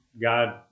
God